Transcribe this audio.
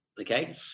Okay